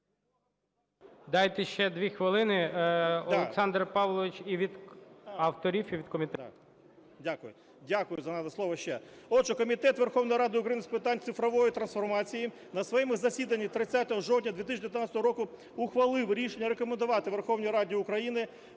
Дайте ще дві хвилини. Олександр Павлович, і від авторів, і від комітету. 17:57:41 ФЕДІЄНКО О.П. Так, дякую, дякую за надане слово ще. Отже, Комітет Верховної Ради України з питань цифрової трансформації на своєму засіданні 30 жовтня 2019 року ухвалив рішення рекомендувати Верховній Раді України